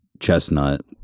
chestnut